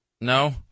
No